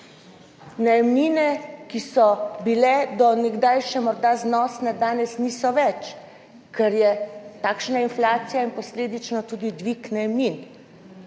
Najemnine, ki so bile do nekdaj še morda znosne, danes niso več, ker je takšna inflacija in posledično tudi dvig najemnin.